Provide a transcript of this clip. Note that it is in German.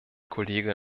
kollege